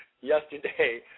yesterday